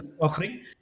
offering